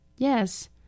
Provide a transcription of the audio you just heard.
Yes